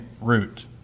root